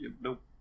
nope